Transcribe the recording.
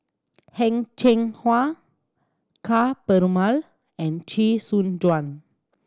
Heng Cheng Hwa Ka Perumal and Chee Soon Juan